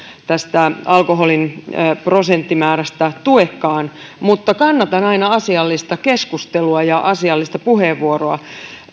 tästä alkoholin prosenttimäärästä tuekaan mutta kannatan aina asiallista keskustelua ja asiallista puheenvuoroa